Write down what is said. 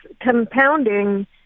compounding